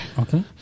Okay